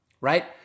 right